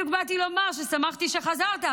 בדיוק באתי לומר ששמחתי שחזרת,